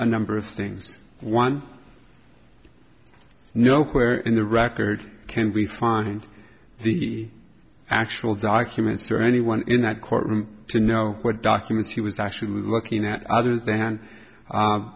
a number of things one no where in the record can we find the actual documents or anyone in that courtroom to know what documents he was actually looking at other than